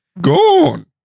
gone